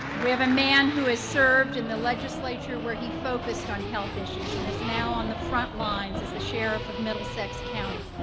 we have a man who has served in the legislature, where he focused on health issues, and is now on the front lines as the sheriff of middlesex county,